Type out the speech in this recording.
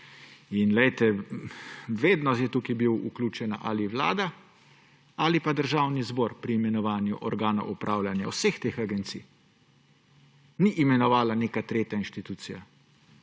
Vedno je bila tukaj vključena ali vlada ali državni zbor pri imenovanju organov upravljanja vseh teh agencij. Ni jih imenovala neka tretja inštitucija.